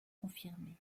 confirmée